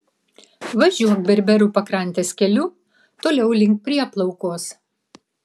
važiuok berberų pakrantės keliu toliau link prieplaukos